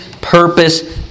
purpose